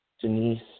Denise